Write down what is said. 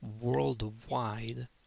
worldwide